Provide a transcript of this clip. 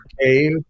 cave